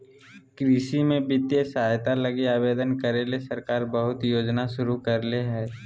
कृषि में वित्तीय सहायता लगी आवेदन करे ले सरकार बहुत योजना शुरू करले हइ